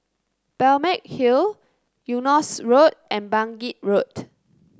Balmeg Hill Eunos Road and Bangkit Road